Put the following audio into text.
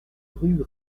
rue